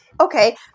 Okay